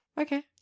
okay